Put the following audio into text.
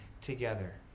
together